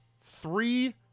three